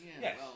yes